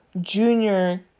junior